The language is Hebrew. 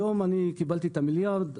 היום, קיבלתי את המיליארד ₪.